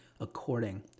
according